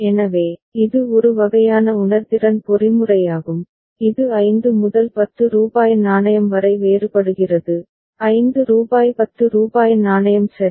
எனவே இது ஒரு வகையான உணர்திறன் பொறிமுறையாகும் இது 5 முதல் ரூபாய் 10 நாணயம் வரை வேறுபடுகிறது ரூபாய் 5 ரூபாய் 10 நாணயம் சரி